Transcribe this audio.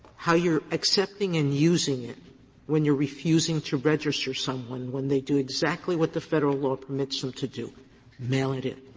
how you're accepting and using it when you're refusing to register someone when they do exactly what the federal law permits them to do mail it in.